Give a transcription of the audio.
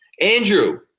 Andrew